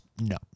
no